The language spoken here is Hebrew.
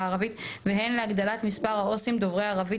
הערבית והן להגדלת מספר העו״סים דוברי ערבית,